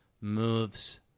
moves